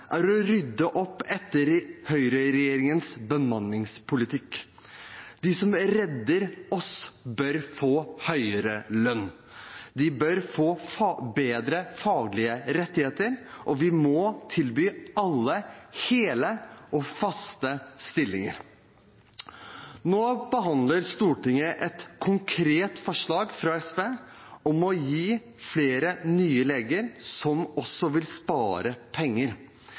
er å rydde opp etter høyreregjeringens bemanningspolitikk. De som redder oss, bør få høyere lønn. De bør få bedre faglige rettigheter, og vi må tilby alle hele og faste stillinger. Nå behandler Stortinget et konkret forslag fra SV, som vil gi flere nye leger, noe som også vil spare penger.